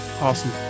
Awesome